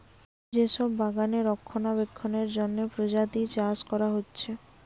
যে সব বাগানে রক্ষণাবেক্ষণের জন্যে প্রজাপতি চাষ কোরা হচ্ছে